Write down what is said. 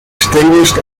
extinguished